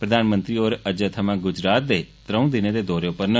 प्रधानमंत्री होर अज्जै थमां गुजरात दे त्रौंऊ दिनें दे दौरे उप्पर न